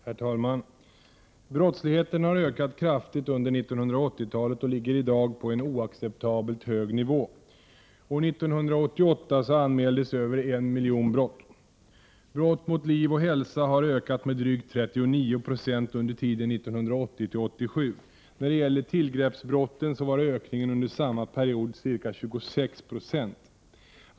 Herr talman! Brottsligheten har ökat kraftigt under 1980-talet och ligger i dag på en oacceptabelt hög nivå. År 1988 anmäldes över en miljon brott. Brott mot liv och hälsa har ökat med drygt 39 26 under tiden 1980-1987. När det gäller tillgreppsbrotten var ökningen under samma period ca 26 0.